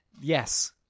Yes